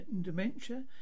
dementia